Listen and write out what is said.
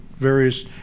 various